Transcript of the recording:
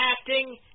acting